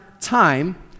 time